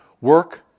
work